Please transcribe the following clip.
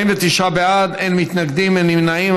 49 בעד, אין מתנגדים ואין נמנעים.